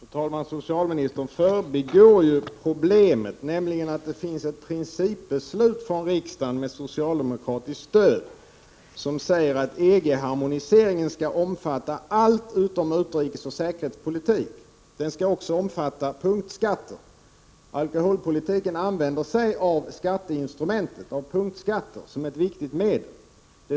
Fru talman! Socialministern förbigår ju problemet, nämligen att det finns ett principbeslut från riksdagen som hade socialdemokratiskt stöd som säger att EG-harmoniseringen skall omfatta allt utom utrikesoch säkerhetspolitiken. Den skall också omfatta punktskatter. Alkoholpolitiken använder sig av skatteinstrumentet punktskatter som ett viktigt medel att nå målen.